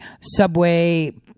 subway